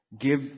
Give